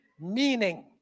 meaning